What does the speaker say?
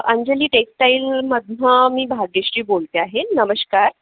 अंजली टेक्सटाईलमधनं मी भाग्यश्री बोलते आहे नमस्कार